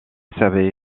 savait